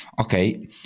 okay